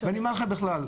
ואני אומר לך בכלל,